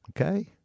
Okay